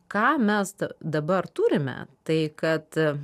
ką mes dabar turime tai kad